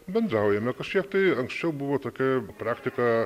bendraujame kažkiek tai anksčiau buvo tokia praktika